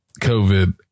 COVID